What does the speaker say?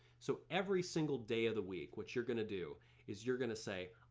so every single day of the week what you're gonna do is you're gonna say,